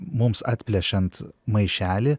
mums atplėšiant maišelį